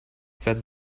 fed